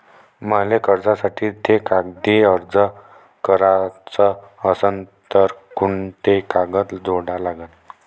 मले कर्जासाठी थे कागदी अर्ज कराचा असन तर कुंते कागद जोडा लागन?